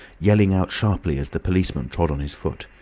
yelling out sharply, as the policeman trod on his foot.